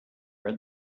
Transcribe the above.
read